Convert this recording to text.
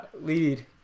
lead